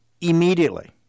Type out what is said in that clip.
immediately